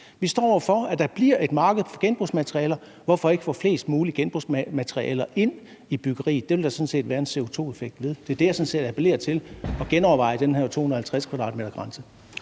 vi over for, at der bliver et marked for genbrugsmaterialer. Hvorfor ikke få flest mulige genbrugsmaterialer ind i byggeriet? Det ville der sådan set være en CO2-effekt ved. Det, jeg appellerer til, er, at man genovervejer den her 250 m²-grænse.